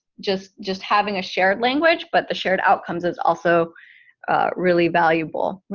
just just having a shared language, but the shared outcomes is also really valuable, right.